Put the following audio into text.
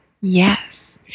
Yes